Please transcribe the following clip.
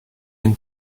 and